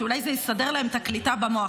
שאולי זה יסדר להם את הקליטה במוח.